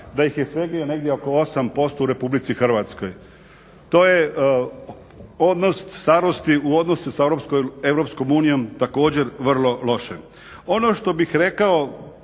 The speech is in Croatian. da ih je svega negdje oko 8% u RH. To je odnos starosti u odnosu sa EU također vrlo loše. Ono što bih rekao